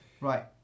Right